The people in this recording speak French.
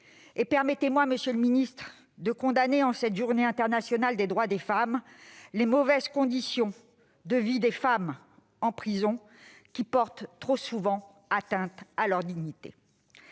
» Permettez-moi enfin, monsieur le garde des sceaux, de condamner, en cette Journée internationale des droits des femmes, les mauvaises conditions de vie des femmes en prison, qui portent trop souvent atteinte à leur dignité.